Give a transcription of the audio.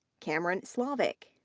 cameron slavich.